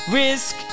risk